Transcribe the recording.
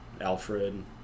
Alfred